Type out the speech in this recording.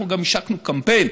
אנחנו גם השקנו קמפיין